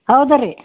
ಹೌದು ರೀ